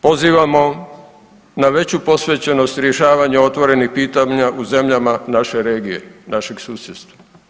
Pozivamo na veću posvećenost rješavanja otvorenih pitanja u zemljama naše regije, našeg susjedstva.